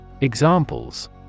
Examples